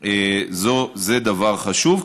זה דבר חשוב,